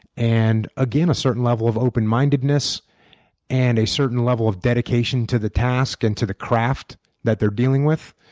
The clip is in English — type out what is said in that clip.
and again a certain level of open-mindedness and a certain level of dedication to the task and to the craft that they're dealing with.